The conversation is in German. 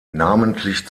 namentlich